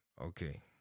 Okay